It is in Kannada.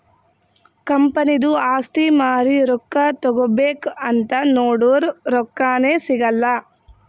ಕಂಪನಿದು ಆಸ್ತಿ ಮಾರಿ ರೊಕ್ಕಾ ತಗೋಬೇಕ್ ಅಂತ್ ನೊಡುರ್ ರೊಕ್ಕಾನೇ ಸಿಗಲ್ಲ